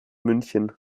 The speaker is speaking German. münchen